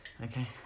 Okay